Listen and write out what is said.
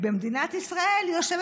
אסור למדינת ישראל